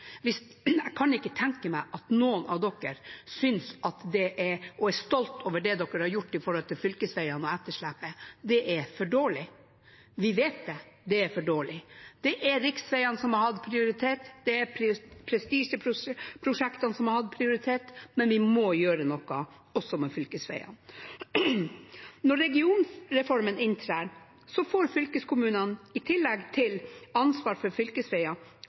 Jeg kan ikke tenke meg at noen av dere er stolt over hva dere har gjort når det gjelder fylkesveiene og etterslepet. Det er for dårlig. Vi vet det, det er for dårlig. Det er riksveiene som har hatt prioritet. Det er prestisjeprosjektene som har hatt prioritet. Men vi må gjøre noe med fylkesveiene også. Når regionreformen inntrer, får fylkeskommunene i tillegg til ansvar for